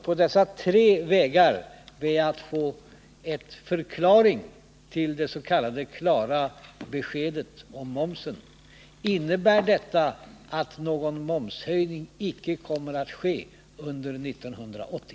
På dessa tre punkter ber jag att få en förklaring av det s.k. klara beskedet om momsen. Innebär detta att någon momshöjning icke kommer att ske under 1980?